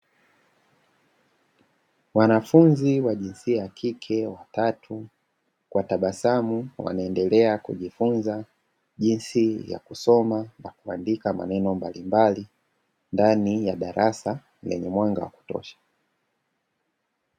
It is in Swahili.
Wanafunzi wa jinsia ya kike watatu, kwa tabasamu wanaendelea kujifunza jinsi ya kusoma na kuandika, maneno mbalimbali ndani ya darasa lenye mwanga wa kutosha.